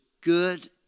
good